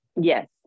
Yes